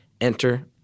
Enter